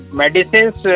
medicines